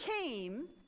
came